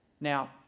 Now